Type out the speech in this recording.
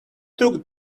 took